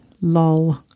lol